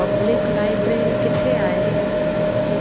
public library किते आहे